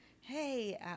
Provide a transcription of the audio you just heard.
Hey